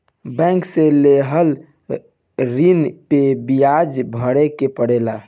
bank से लेहल ऋण पे बियाज भरे के पड़ेला